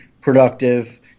productive